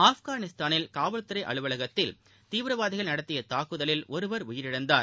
ஆப்கானிஸ்தானில் காவல்துறை அலுவலகத்தில் தீவிரவாதிகள் நடத்திய தாக்குதலில் ஒருவர் உயிரிழந்தார்